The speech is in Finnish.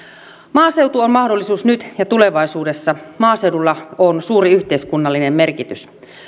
maaseutu on mahdollisuus nyt ja tulevaisuudessa maaseudulla on suuri yhteiskunnallinen merkitys